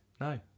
no